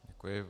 Děkuji.